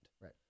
right